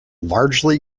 largely